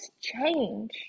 change